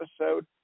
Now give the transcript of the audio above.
episode